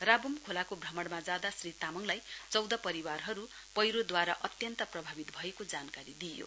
राबुमखोलाको भ्रमणमा जाँदा श्री तामाङलाई चौध परिवारहरु पैह्रोदूवारा अत्यन्त प्रभावित भएको जानकारी दिइँयो